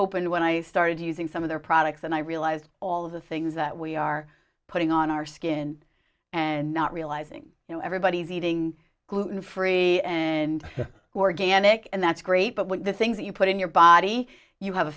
opened when i started using some of their products and i realized all of the things that we are putting on our skin and not realizing you know everybody's eating gluten free and who are gammick and that's great but when the things that you put in your body you have a